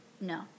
No